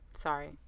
sorry